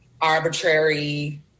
arbitrary